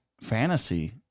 fantasy